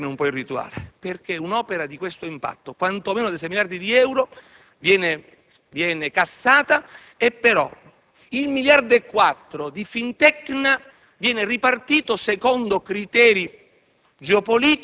(scusate il termine un po' irrituale), perché un'opera di questo impatto, quanto meno di 6 miliardi di euro, viene cassata, ma il miliardo è più di euro di FI\NTECNA viene ripartito, secondo criteri